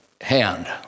hand